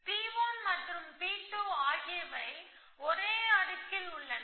P1 மற்றும் P2 ஆகியவை ஒரே அடுக்கில் உள்ளன